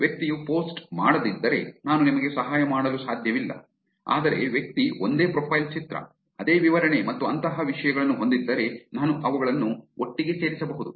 ವ್ಯಕ್ತಿಯು ಪೋಸ್ಟ್ ಮಾಡದಿದ್ದರೆ ನಾನು ನಿಮಗೆ ಸಹಾಯ ಮಾಡಲು ಸಾಧ್ಯವಿಲ್ಲ ಆದರೆ ವ್ಯಕ್ತಿ ಒಂದೇ ಪ್ರೊಫೈಲ್ ಚಿತ್ರ ಅದೇ ವಿವರಣೆ ಮತ್ತು ಅಂತಹ ವಿಷಯಗಳನ್ನು ಹೊಂದಿದ್ದರೆ ನಾನು ಅವುಗಳನ್ನು ಒಟ್ಟಿಗೆ ಸೇರಿಸಬಹುದು